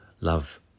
Love